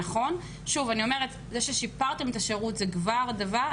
שוב אני אומרת זה ששיפרתם את השירות זה כבר דבר,